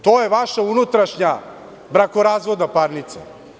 To je vaša unutrašnja brakorazvodna parnica.